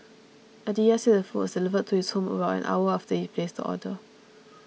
Aditya said the food was delivered to his home about an hour after he placed the order